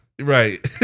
right